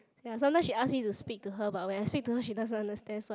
ya sometime she ask me to speak to her but when I speak to her she doesn't understand so I